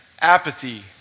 Apathy